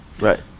Right